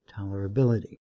tolerability